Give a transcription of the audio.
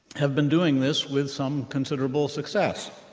have been doing this with some considerable success.